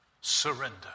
Surrender